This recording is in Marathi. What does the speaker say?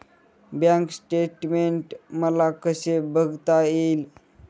बँक स्टेटमेन्ट मला कसे बघता येईल?